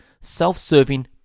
self-serving